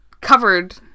covered